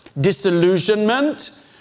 disillusionment